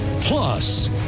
Plus